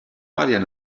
arian